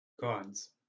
God's